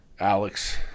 Alex